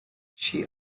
she